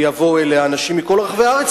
ויבואו אליה אנשים מכל רחבי הארץ,